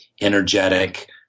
energetic